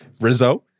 rizzo